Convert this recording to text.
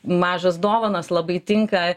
mažos dovanos labai tinka